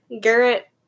Garrett